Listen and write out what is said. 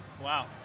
Wow